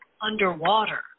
underwater